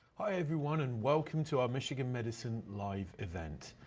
hi everyone and welcome to our michigan medicine live event.